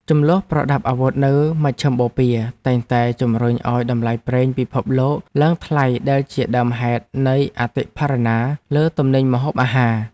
ជម្លោះប្រដាប់អាវុធនៅមជ្ឈឹមបូព៌ាតែងតែជម្រុញឱ្យតម្លៃប្រេងពិភពលោកឡើងថ្លៃដែលជាដើមហេតុនៃអតិផរណាលើទំនិញម្ហូបអាហារ។